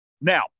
Now